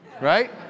right